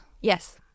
yes